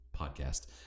podcast